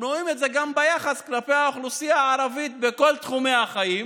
אנחנו רואים את זה גם ביחס כלפי האוכלוסייה הערבית בכל תחומי החיים